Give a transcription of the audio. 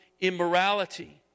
immorality